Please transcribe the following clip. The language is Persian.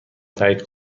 تایید